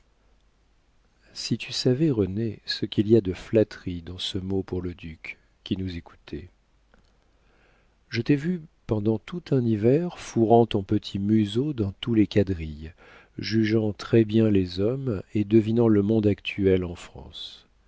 si tu savais renée ce qu'il y a de flatterie dans ce mot pour le duc qui nous écoutait je t'ai vue pendant tout un hiver fourrant ton petit museau dans tous les quadrilles jugeant très-bien les hommes et devinant le monde actuel en france